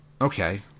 Okay